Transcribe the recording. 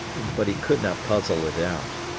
but he could not puzzle it out.